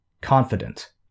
Confident